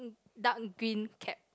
dark green cap